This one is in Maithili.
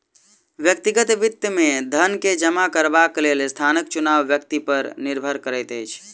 व्यक्तिगत वित्त मे धन के जमा करबाक लेल स्थानक चुनाव व्यक्ति पर निर्भर करैत अछि